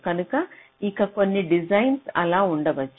కనుక ఇక కొన్ని డిజైన్స్ అలా ఉండవచ్చు